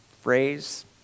phrase